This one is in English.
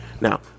now